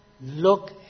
look